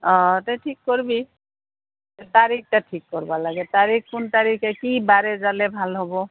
অঁ তে ঠিক কৰবি তাৰিখতা ঠিক কৰিব লাগে তাৰিখ কোন তাৰিখে কি বাৰে যালে ভাল হ'ব